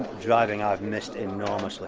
driving i've missed enormously